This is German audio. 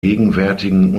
gegenwärtigen